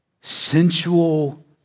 sensual